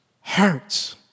hurts